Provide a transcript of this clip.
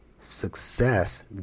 Success